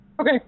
Okay